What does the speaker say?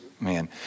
man